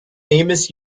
famous